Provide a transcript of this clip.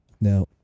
now